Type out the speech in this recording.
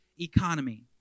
economy